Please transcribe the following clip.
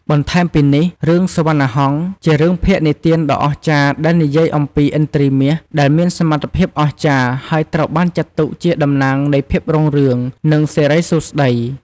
បន្ថែមពីនេះ រឿង សុវណ្ណាហង្សជារឿងភាគនិទានដ៏អស្ចារ្យដែលនិយាយអំពី ឥន្ទ្រីមាស ដែលមានសមត្ថភាពអស្ចារ្យ ហើយត្រូវបានចាត់ទុកជាតំណាងនៃភាពរុងរឿង និងសិរីសួស្ដី។